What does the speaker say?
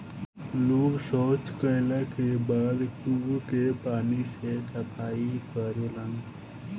लोग सॉच कैला के बाद कुओं के पानी से सफाई करेलन